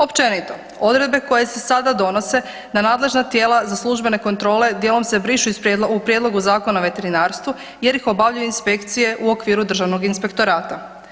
Općenito, odredbe koje se sada donose na nadležna tijela za službene kontrole dijelom se brišu u prijedlogu Zakona o veterinarstvu jer ih obavljaju inspekcije u okviru državnog inspektorata.